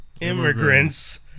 immigrants